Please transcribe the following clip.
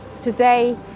Today